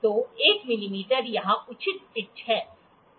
तो 1 मिमी यहाँ उचित पिच है